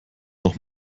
noch